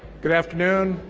good afternoon.